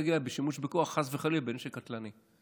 להגיע לשימוש בכוח בנשק קטלני.